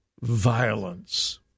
violence